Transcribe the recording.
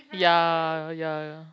ya ya ya